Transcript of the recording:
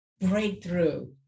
breakthrough